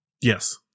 Yes